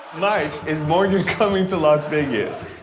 mike, is morgan coming to las vegas?